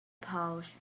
pouch